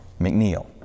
McNeil